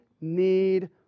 need